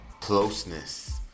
closeness